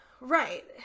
Right